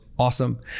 Awesome